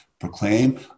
proclaim